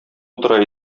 утыра